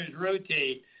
rotate